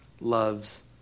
loves